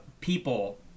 people